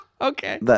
Okay